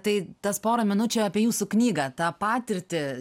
tai tas porą minučių apie jūsų knygą tą patirtį